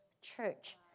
church